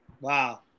wow